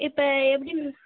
இப்போ எப்படி